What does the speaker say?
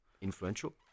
influential